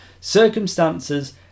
circumstances